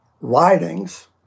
writings